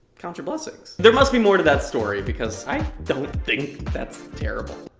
count your blessings. there must be more to that story, because i don't think that's terrible.